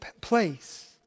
place